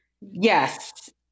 Yes